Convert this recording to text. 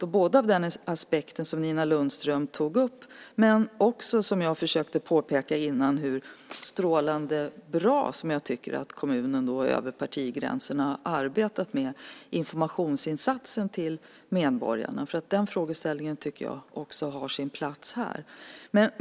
Det är både den aspekt som Nina Lundström tog upp och, som jag försökte påpeka tidigare, aspekten hur strålande bra jag tycker att kommunen över partigränserna har arbetat med informationsinsatsen till medborgarna. Den frågeställningen tycker jag också har sin plats här.